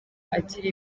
agira